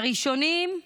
הראשונים,